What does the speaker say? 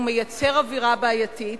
הוא מייצר אווירה בעייתית,